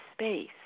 space